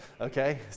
Okay